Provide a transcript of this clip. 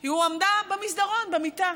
היא הועמדה במסדרון, במיטה,